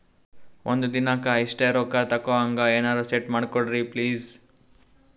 ಒಂದಿನಕ್ಕ ಇಷ್ಟೇ ರೊಕ್ಕ ತಕ್ಕೊಹಂಗ ಎನೆರೆ ಸೆಟ್ ಮಾಡಕೋಡ್ರಿ ಪ್ಲೀಜ್?